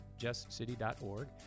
justcity.org